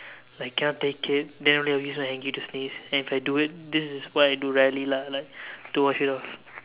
like cannot take it then only I'll use a hankie to sneeze and if I do it this is what I do rarely lah to wash it off